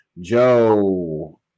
Joe